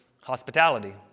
Hospitality